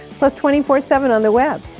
plus twenty four seven on the web.